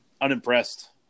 unimpressed